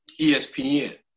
ESPN